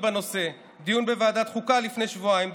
בנושא דיון בוועדת חוקה לפני שבועיים,